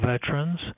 veterans